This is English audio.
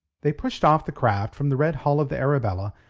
they pushed off the craft from the red hull of the arabella,